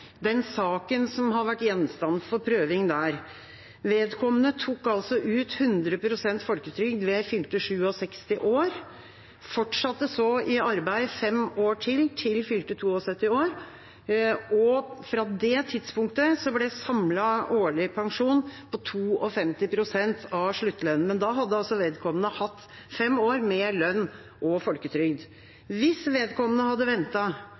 den saken som har vært gjenstand for prøving der: Vedkommende tok ut 100 pst. folketrygd ved fylte 67 år, fortsatte så i arbeid fem år til, til fylte 72 år, og fra det tidspunktet ble samlet årlig pensjon på 52 pst. av sluttlønnen. Men da hadde altså vedkommende hatt fem år med lønn og folketrygd. Hvis vedkommende hadde